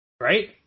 Right